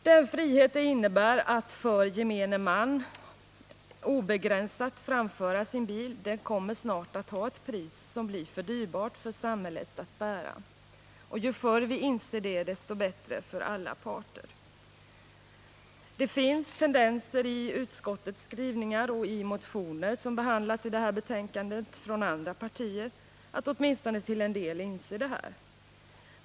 Den frihet det innebär för gemene man att obegränsat framföra sin bil kommer snart att ha ett pris som blir för dyrbart för samhället att bära. Ju förr vi inser det, desto bättre för alla parter. Det finns tendenser i utskottets skrivningar, och i motioner från andra partier som behandlas i det här betänkandet, som tyder på att man åtminstone till en del inser detta.